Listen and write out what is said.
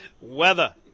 Weather